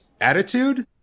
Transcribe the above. attitude